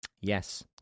Yes